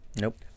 Nope